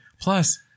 Plus